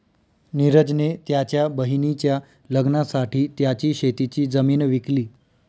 निरज ने त्याच्या बहिणीच्या लग्नासाठी त्याची शेतीची जमीन विकली